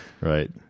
Right